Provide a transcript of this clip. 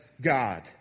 God